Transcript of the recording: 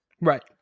Right